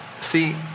See